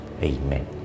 Amen